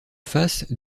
face